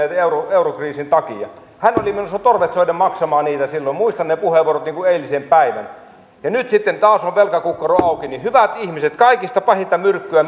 eurokriisin takia hän oli menossa torvet soiden maksamaan niitä silloin muistan ne puheenvuorot niin kuin eilisen päivän nyt sitten taas on velkakukkaro auki hyvät ihmiset kaikista pahinta myrkkyä